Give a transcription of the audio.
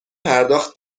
پرداخت